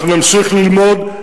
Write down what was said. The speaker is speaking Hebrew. אנחנו נמשיך ללמוד,